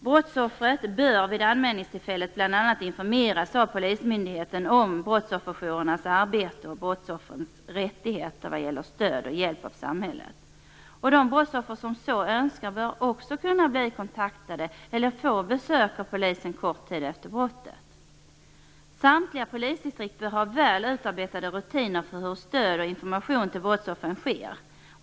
Brottsoffret bör vid anmälningstillfället bl.a. informeras av polismyndigheten om brottsofferjourernas arbete och brottsoffrens rättigheter vad gäller stöd och hjälp av samhället. De brottsoffer som så önskar bör också kunna bli kontaktade eller få besök av polis en kort tid efter brottet. Samtliga polisdistrikt har väl utarbetade rutiner för hur stöd och information till brottsoffer sker.